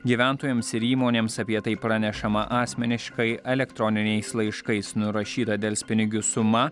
gyventojams ir įmonėms apie tai pranešama asmeniškai elektroniniais laiškais nurašyta delspinigių suma